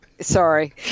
Sorry